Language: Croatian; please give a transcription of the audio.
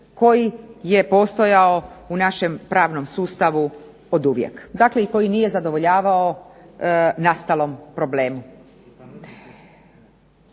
koji je postojao u našem pravnom sustavu oduvijek, dakle i koji nije zadovoljavao nastalom problemu.